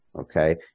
okay